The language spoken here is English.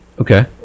Okay